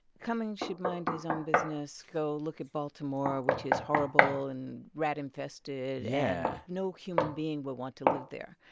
cummings should mind his own business. go look at baltimore, which is horrible and rat-infested. yeah. and no human being would want to live there.